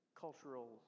cultural